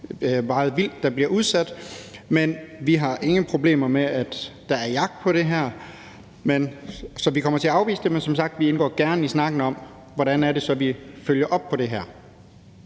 meget vildt der bliver udsat. Vi har ingen problemer med, at der er jagt på det her, så vi kommer til at afvise det, men som sagt indgår vi gerne i snakken om, hvordan det så er, vi følger op på det her.